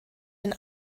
den